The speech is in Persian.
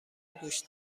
گوش